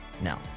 no